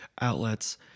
outlets